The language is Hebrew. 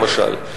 למשל,